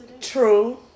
True